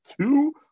two